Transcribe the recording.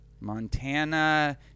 Montana